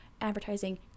advertising